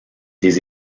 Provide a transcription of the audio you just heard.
des